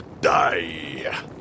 die